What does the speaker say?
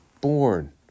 born